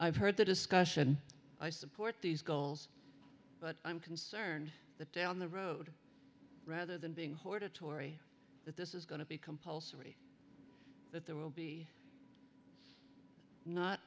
i've heard the discussion i support these goals but i'm concerned that down the road rather than being hortatory that this is going to be compulsory that there will be not